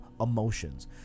emotions